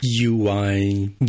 UI